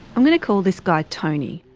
i'm going to call this guy tony.